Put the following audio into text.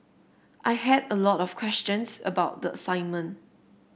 I had a lot of questions about the assignment